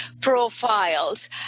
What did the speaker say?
profiles